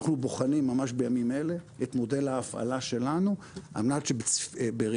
אנחנו בוחנים ממש בימים אלה את מודל ההפעלה שלנו על מנת שבראייה